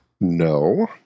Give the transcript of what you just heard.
No